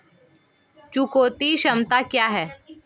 चुकौती क्षमता क्या है?